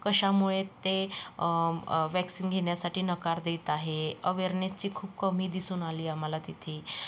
कशामुळे ते वॅक्सिन घेण्यासाठी नकार देत आहे अवेअरनेसची खूप कमी दिसून आली आम्हाला तिथे